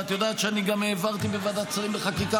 ואת יודעת שאני גם העברתי בוועדת שרים לחקיקה